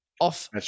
Off